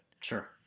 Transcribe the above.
Sure